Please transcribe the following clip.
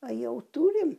a jau turim